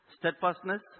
steadfastness